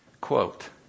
Quote